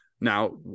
Now